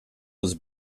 was